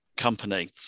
company